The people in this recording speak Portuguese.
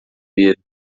medo